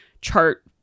chart